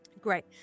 Great